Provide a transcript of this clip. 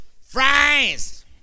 fries